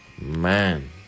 man